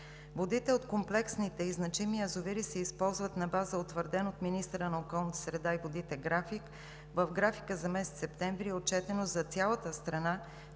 Водите от комплексните и значими язовири се използват на база утвърден от министъра на околната среда и водите график. В графика за месец септември е отчетено за цялата страна,